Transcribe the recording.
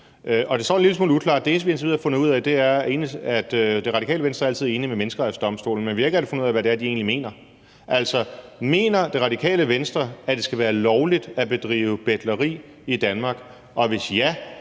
det eneste, vi indtil videre har fundet ud af, er, at Radikale Venstre altid er enig med Menneskerettighedsdomstolen, men vi har ikke rigtig fundet ud af, hvad det egentlig er, de mener. Altså, mener Radikale Venstre, at det skal være lovligt at bedrive betleri i Danmark, og hvis ja,